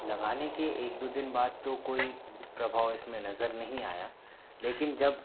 लगाने के एक दो दिन बाद तो कोई प्रभाव इसमें नज़र नहीं आया लेकिन जब